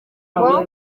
uru